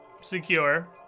secure